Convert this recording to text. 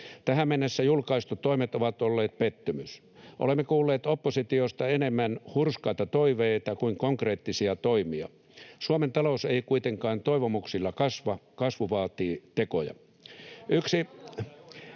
Tähän mennessä julkaistut toimet ovat olleet pettymys. Olemme kuulleet oppositiosta enemmän hurskaita toiveita kuin konkreettisia toimia. Suomen talous ei kuitenkaan toivomuksilla kasva. Kasvu vaatii tekoja.